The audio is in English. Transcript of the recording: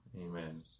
Amen